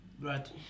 Right